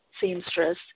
seamstress